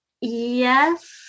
yes